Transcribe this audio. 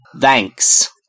thanks